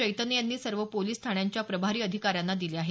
चैतन्य यांनी सर्व पोलीस ठाण्यांच्या प्रभारी अधिकाऱ्यांना दिले आहेत